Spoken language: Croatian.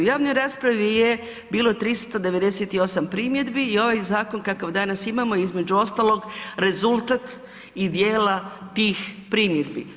U javnoj raspravi je bilo 398 primjedbi i ovaj zakon kakav danas imamo je između ostalog rezultat i dijela tih primjedbi.